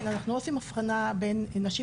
אנחנו לא עושים הבחנה בין נשים,